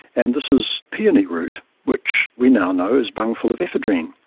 and this is peony root which we now know is bung full of ephedrine,